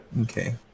Okay